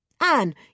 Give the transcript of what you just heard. Anne